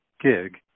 gig